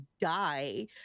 die